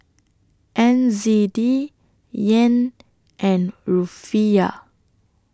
N Z D Yen and Rufiyaa